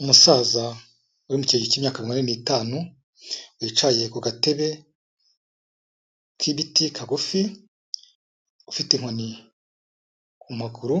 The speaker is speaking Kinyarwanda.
Umusaza uri mu kigero k'imyaka mirongo ine a ni'itanu wicaye ku gatebe k'ibiti kagufi, ufite inkoni ku maguru,